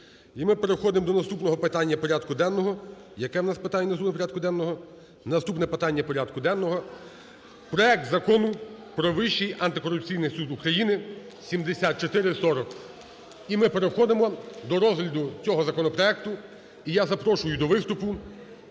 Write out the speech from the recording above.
І ми переходимо до наступного питання порядку денного. Яке в нас питання наступне порядку денного? Наступне питання порядку денного – проект Закону про Вищий антикорупційний суд України (7440). І ми переходимо до розгляду цього законопроекту. І я запрошую до виступу